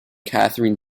catherine